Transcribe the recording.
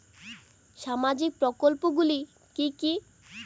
সামাজিক প্রকল্পগুলি কি কি?